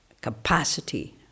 capacity